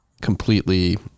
completely